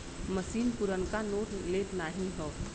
मसीन पुरनका नोट लेत नाहीं हौ